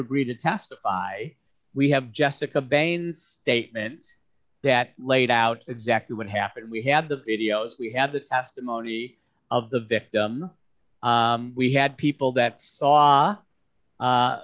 agree to testify we have jessica bangs statement that laid out exactly what happened we have the videos we have the testimony of the victim we had people that saw